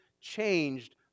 changed